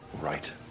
Right